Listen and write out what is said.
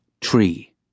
tree